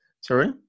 Sorry